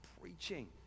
preaching